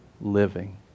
living